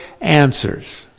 answers